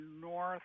north